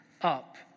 up